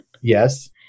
Yes